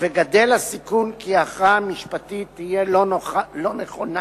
וגדל הסיכון כי ההכרעה המשפטית תהיה לא נכונה,